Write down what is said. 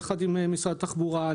יחד עם משרד התחבורה.